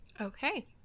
Okay